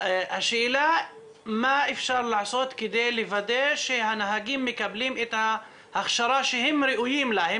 השאלה מה אפשר לעשות כדי לוודא שהנהגים מקבלים את ההכשרה שהם ראויים לה?